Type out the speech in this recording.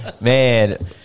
man